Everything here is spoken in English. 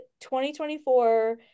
2024